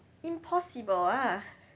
impossible ah